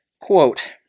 Quote